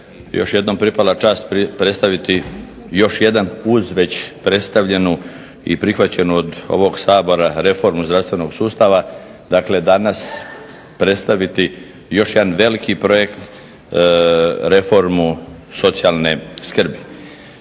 još jednom pripala čast predstaviti još jedan uz već predstavljenu i prihvaćenu od ovog Sabora reformu zdravstvenog sustava. Dakle, danas predstaviti još jedan veliki projekt reformu socijalne skrbi.